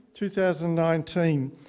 2019